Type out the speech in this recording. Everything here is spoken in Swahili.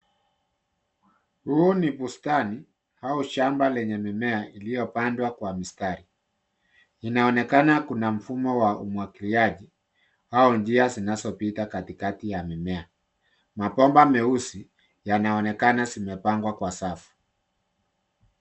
Huu ni bustani au shamba lenye mimea iliyopandwa mstari. Inaonekana kuna mfumo wa umwagiliaji au njia zinazopita katikati ya mimea. Mabomba meusi yanaonekana zimepangwa kwa safu.